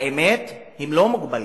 האמת, הם לא מוגבלים.